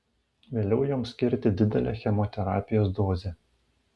vėliau joms skirti didelę chemoterapijos dozę